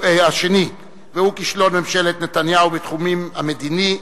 והוא כישלון ממשלת נתניהו בתחום המדיני,